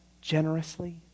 generously